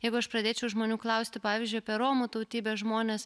jeigu aš pradėčiau žmonių klausti pavyzdžiui apie romų tautybės žmones